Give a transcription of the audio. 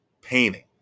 painting